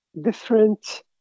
different